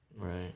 Right